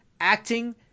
acting